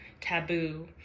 taboo